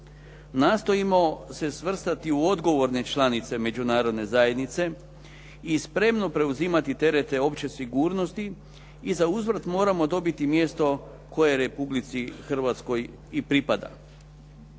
Nastojimo se svrstati u odgovorne članice Međunarodne zajednice i spremno preuzeti terete opće sigurnosti i zauzvrat moramo dobiti mjesto koje Republici Hrvatskoj i pripada.